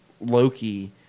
Loki